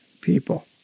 people